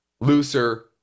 looser